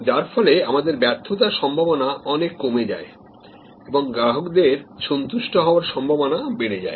যার ফলে আমাদের ব্যর্থতার সম্ভাবনা অনেক কমে যায় এবং গ্রাহকের সন্তুষ্ট হওয়ার সম্ভাবনা বেড়ে যায়